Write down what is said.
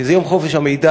שזה יום חופש המידע,